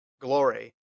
glory